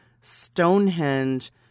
Stonehenge